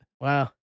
Wow